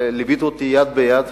וליווית אותי יד ביד,